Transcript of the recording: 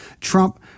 Trump